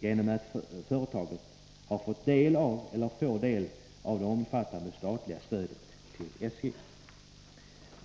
genom att företaget har fått eller får del av det omfattande statliga stödet till SJ?